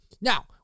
Now